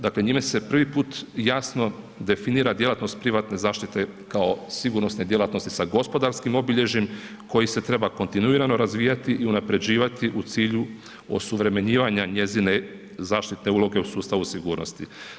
Dakle njime se prvi put jasno definira djelatnost privatne zaštite kao sigurnosne djelatnosti sa gospodarskim obilježjem koji se treba kontinuirano razvijati i unapređivati u cilju osuvremenjivanja njezine zaštitne uloge u sustavu sigurnosti.